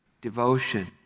devotion